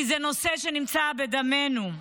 כי זה נושא שנמצא בדמנו.